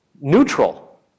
Neutral